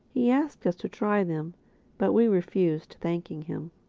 he asked us to try them but we refused, thanking him.